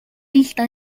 lista